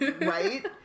right